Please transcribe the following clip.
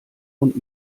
und